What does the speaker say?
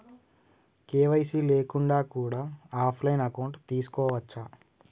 KYC లేకుండా కూడా offline account తీసుకోవచ్చా?